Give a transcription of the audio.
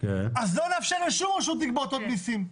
אז לא נאפשר לשום רשות לגבות עוד מיסים.